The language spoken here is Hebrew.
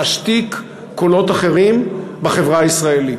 להשתיק קולות אחרים בחברה הישראלית.